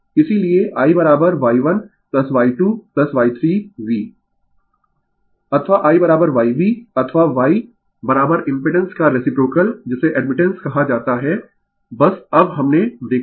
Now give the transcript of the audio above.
Refer slide Time 0447 अथवा I YV अथवा Y impedance का रेसिप्रोकल जिसे एडमिटेंस कहा जाता है बस अब हमने देखा है